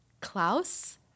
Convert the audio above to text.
klaus